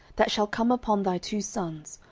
that shall come upon thy two sons,